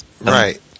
Right